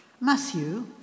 Matthew